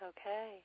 Okay